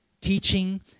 teaching